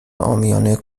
عامیانه